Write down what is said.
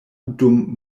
dum